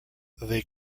they